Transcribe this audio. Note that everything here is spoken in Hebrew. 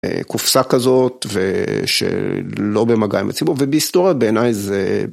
קופסה כזאת ושלא במגע עם הציבור ובהיסטוריה בעיניי זה.